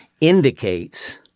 indicates